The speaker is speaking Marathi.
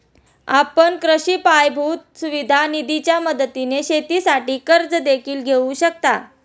आपण कृषी पायाभूत सुविधा निधीच्या मदतीने शेतीसाठी कर्ज देखील घेऊ शकता